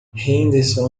henderson